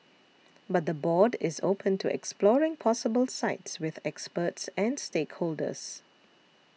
but the board is open to exploring possible sites with experts and stakeholders